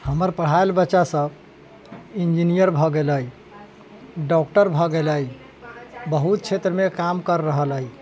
हमर पढ़ायल बच्चा सब इंजीनियर भए गेलैया डॉक्टर भए गेलैया बहुत क्षेत्रमे काम कर रहल अछि